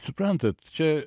suprantat čia